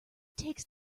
takes